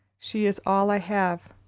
she is all i have.